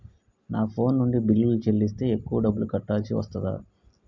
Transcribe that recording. నా ఫోన్ నుండి బిల్లులు చెల్లిస్తే ఎక్కువ డబ్బులు కట్టాల్సి వస్తదా?